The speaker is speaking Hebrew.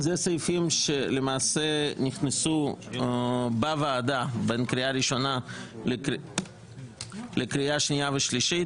אלה סעיפים שלמעשה נכנסו בוועדה בין קריאה ראשונה לקריאה שנייה ושלישית,